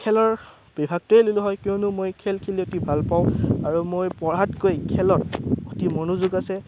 খেলৰ বিভাগটোৱেই ল'লোঁ হয় কিয়নো মই খেল খেলি অতি ভালপাওঁ আৰু মোৰ পঢ়াতকৈ খেলত অতি মনোযোগ আছে